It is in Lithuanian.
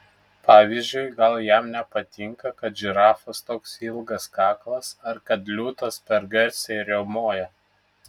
pavyzdžiui gal jam nepatinka kad žirafos toks ilgas kaklas ar kad liūtas per garsiai riaumoja